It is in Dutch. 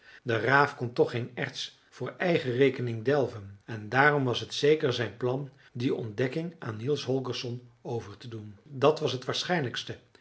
de raaf kon toch geen erts voor eigen rekening delven en daarom was t zeker zijn plan die ontdekking aan niels holgersson over te doen dat was t waarschijnlijkste